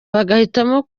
bagahitamo